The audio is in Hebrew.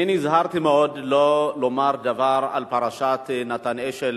אני נזהרתי מאוד לא לומר דבר על פרשת נתן אשל